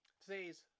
today's